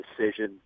decision